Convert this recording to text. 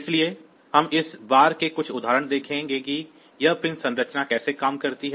इसलिए हम इस बारे में कुछ उदाहरण देखेंगे कि यह पिन संरचना कैसे काम करने वाली है